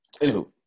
Anywho